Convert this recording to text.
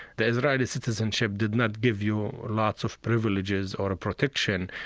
the israeli citizenship did not give you lots of privileges or protection.